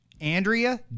Andrea